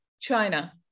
China